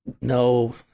No